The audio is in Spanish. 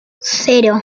cero